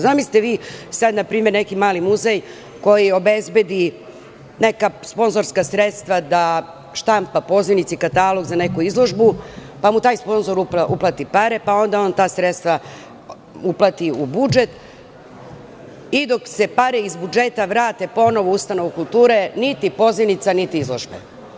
Zamislite sada neki mali muzej koji obezbedi neka sponzorska sredstva da štampa pozivnice i katalog za neku izložbu, pa mu taj sponzor uplati pare, pa onda on ta sredstva uplati u budžet i dok se pare iz budžeta vrate u ustanovu kulture, niti pozivnica, niti izložbe.